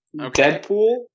Deadpool